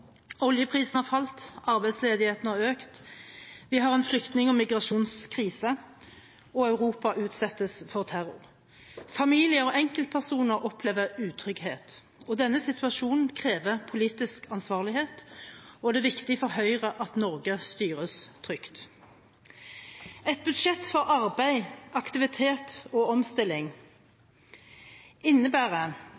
Oljeprisen har falt, arbeidsledigheten har økt, vi har en flyktning- og migrasjonskrise, og Europa utsettes for terror. Familier og enkeltpersoner opplever utrygghet. Denne situasjonen krever politisk ansvarlighet, og det er viktig for Høyre at Norge styres trygt. Et budsjett for arbeid, aktivitet og omstilling innebærer